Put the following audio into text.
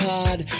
Pod